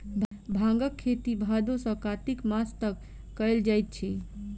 भांगक खेती भादो सॅ कार्तिक मास तक कयल जाइत अछि